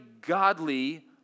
godly